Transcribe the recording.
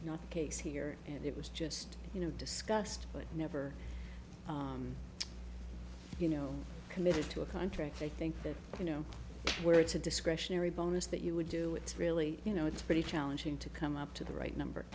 not the case here and it was just you know discussed but never you know committed to a contract i think that you know where it's a discretionary bonus that you would do it's really you know it's pretty challenging to come up to the right number